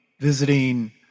visiting